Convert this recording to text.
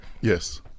Yes